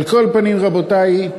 על כל פנים, רבותי,